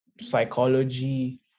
psychology